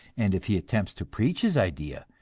and if he attempts to preach his idea,